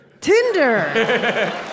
Tinder